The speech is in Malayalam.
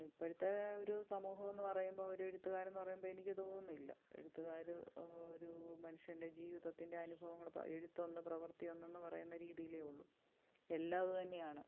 ഇപ്പോഴത്തെ ഒരു സമൂഹം എന്ന് പറയുമ്പോൾ ഒരു എഴുത്തുകാരെന്ന് പറയുമ്പോൾ എനിക്ക് തോന്നുന്നില്ല എഴുത്തുകാർ ഒരു മനുഷ്യൻ്റെ ജീവിതത്തിൻ്റെ അനുഭവങ്ങൾ എഴുത്തൊന്ന് പ്രവർത്തിയൊന്ന് എന്ന് പറയുന്ന രീതിയിലേ ഉള്ളൂ എല്ലാം അതു തന്നെയാണ്